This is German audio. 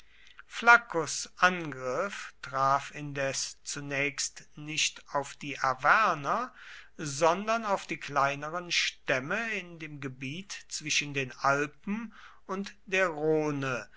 flaccus angriff traf indes zunächst nicht auf die arverner sondern auf die kleineren stämme in dem gebiet zwischen den alpen und der rhone